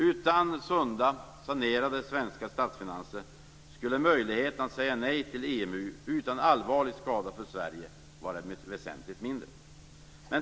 Utan sanerade svenska statsfinanser skulle möjligheterna att säga nej till EMU utan allvarlig skada för Sverige vara väsentligt mindre.